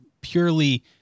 purely